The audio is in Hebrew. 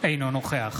אינו נוכח